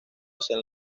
hacia